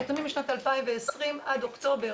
נתונים משנת 2020 עד אוקטובר.